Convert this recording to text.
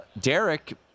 Derek